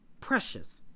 precious